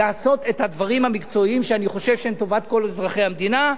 לעשות את הדברים המקצועיים שאני חושב שהם לטובת כל אזרחי המדינה.